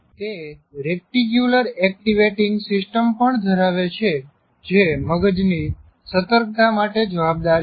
તે reticular activating system પણ ધરાવે છે જે મગજની સતકૅતા માટે જવાબદાર છે